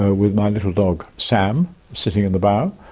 ah with my little dog sam sitting in the bow,